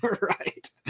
Right